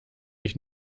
ich